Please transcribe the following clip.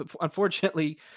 unfortunately